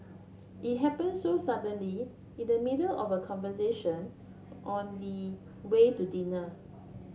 it happen so suddenly in the middle of a conversation on the way to dinner